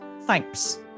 Thanks